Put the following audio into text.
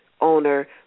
owner